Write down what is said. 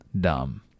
dumb